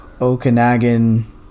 okanagan